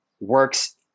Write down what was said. works